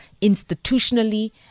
institutionally